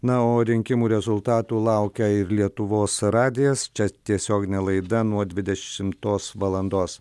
na o rinkimų rezultatų laukia ir lietuvos radijas čia tiesioginė laida nuo dvidešimtos valandos